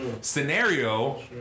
scenario